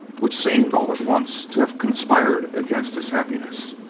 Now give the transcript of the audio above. which seemed all at once to have conspired against his happiness.